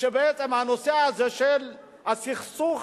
שבעצם הנושא הזה של הסכסוך